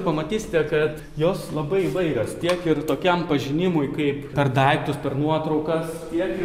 pamatysite kad jos labai įvairios tiek ir tokiam pažinimui kaip per daiktus per nuotraukas tiek ir